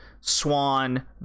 Swan